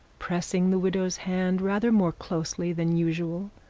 pressing the widow's hand rather more closely than usual.